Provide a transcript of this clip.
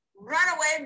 runaway